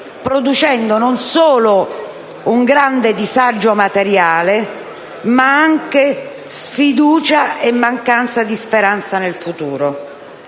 producendo non solo un grande disagio materiale ma anche sfiducia e mancanza di speranza nel futuro.